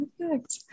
Perfect